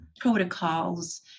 protocols